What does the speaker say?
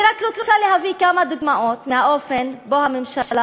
אני רק רוצה להביא כמה דוגמאות מהאופן שבו הממשלה